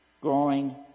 growing